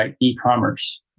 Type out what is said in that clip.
e-commerce